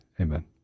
amen